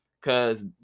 Cause